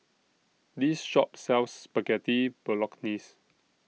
This Shop sells Spaghetti Bolognese